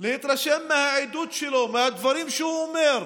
להתרשם מהעדות שלו, מהדברים שהוא אומר,